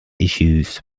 issues